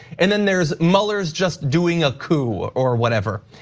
and then there's mueller just doing a coup or whatever.